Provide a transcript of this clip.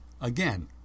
again